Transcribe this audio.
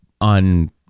on